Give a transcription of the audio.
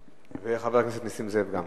וגם לחבר הכנסת נסים זאב.